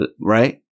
Right